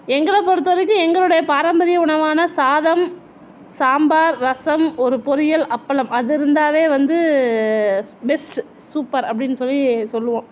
எங்களை பொறுத்த வரைக்கும் எங்களோடைய பாரம்பரிய உணவான சாதம் சாம்பார் ரசம் ஒரு பொரியல் அப்பளம் அது இருந்தாவே வந்து பெஸ்ட் சூப்பர் அப்படின்னு சொல்லி சொல்லுவோம்